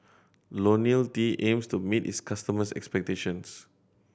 Lonil T aims to meet its customers' expectations